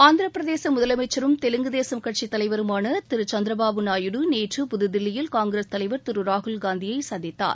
ஆந்திர பிரதேச முதலமைச்சரும் தெலுங்குதேச கட்சி தலைவருமான திரு என் சந்திரபாபு நாயுடு நேற்று புதுதில்லியில காங்கிரஸ் தலைவர் திரு ராகுல் காந்தியை சந்தித்தார்